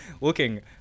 looking